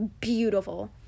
beautiful